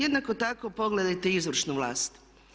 Jednako tako pogledajte izvršnu vlast.